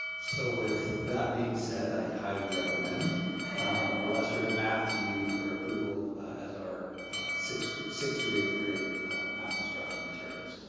so with that being said, i highly recommend illustrative math to you for approval as our sixth sixth through eighth grade math instruction materials.